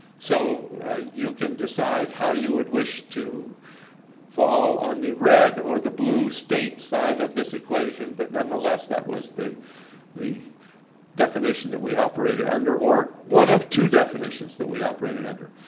so you can decide how you would wish to fall on the red or the blue state side of this equation, but nonetheless, that was the the definition that we operated under, or one of two definitions that we operated under.